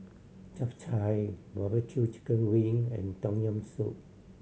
Chap Chai barbecue chicken wing and Tom Yam Soup